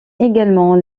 également